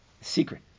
secret